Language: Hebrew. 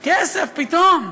כסף, פתאום,